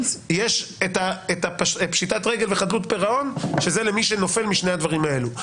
ויש פשיטת רגל וחדלות פירעון שזה למי שנופל משני הדברים האלה.